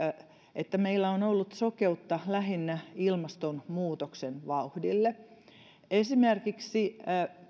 että meillä on ollut sokeutta lähinnä ilmastonmuutoksen vauhdille esimerkiksi